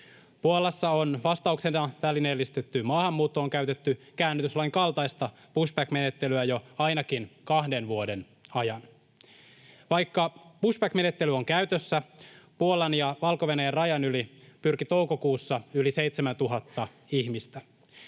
Puolassa on vastauksena välineellistettyyn maahanmuuttoon käytetty käännytyslain kaltaista pushback-menettelyä jo ainakin kahden vuoden ajan. Vaikka pushback-menettely on käytössä, Puolan ja Valko-Venäjän rajan yli pyrki toukokuussa yli 7 000 ihmistä.